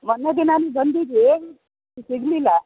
ಮೊನ್ನೆ ದಿನವೂ ಬಂದಿದ್ವಿ ನೀವು ಸಿಗಲಿಲ್ಲ